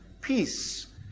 peace